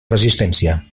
resistència